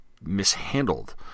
mishandled